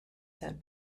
sand